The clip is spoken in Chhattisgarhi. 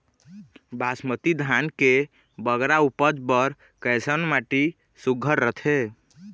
बासमती धान के बगरा उपज बर कैसन माटी सुघ्घर रथे?